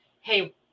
Hey